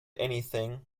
anything